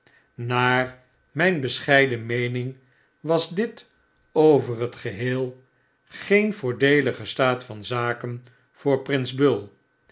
naar mp bescheiden meening was dit over het geheel geen voordeelige staat van zaken voor prins bull